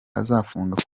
azafunga